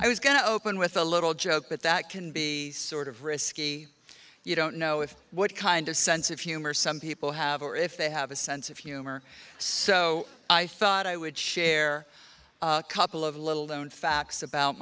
i was going to open with a little joke but that can be sort of risky you don't know if what kind of sense of humor some people have or if they have a sense of humor so i thought i would share a couple of little known facts about